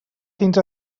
fins